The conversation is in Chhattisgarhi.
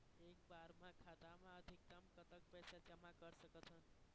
एक बार मा खाता मा अधिकतम कतक पैसा जमा कर सकथन?